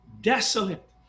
desolate